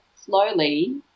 slowly